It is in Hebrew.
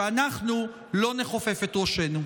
שאנחנו לא נכופף את ראשנו.